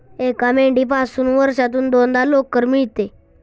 एका मेंढीपासून वर्षातून दोनदा लोकर मिळते